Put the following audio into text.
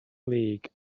league